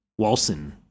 Walson